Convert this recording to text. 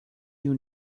you